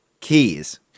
keys